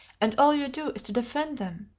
and all you do is to defend them!